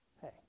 hey